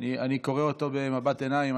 אני קורא אותו במבט עיניים.